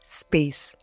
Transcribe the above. space